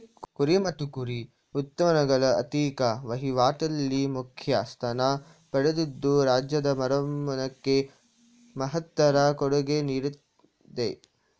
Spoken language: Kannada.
ಕುರಿ ಮತ್ತು ಕುರಿ ಉತ್ಪನ್ನಗಳು ಆರ್ಥಿಕ ವಹಿವಾಟಲ್ಲಿ ಮುಖ್ಯ ಸ್ಥಾನ ಪಡೆದಿದ್ದು ರಾಜ್ಯದ ವರಮಾನಕ್ಕೆ ಮಹತ್ತರ ಕೊಡುಗೆ ನೀಡ್ತಿದೆ